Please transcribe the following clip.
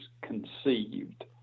conceived